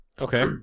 Okay